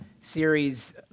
series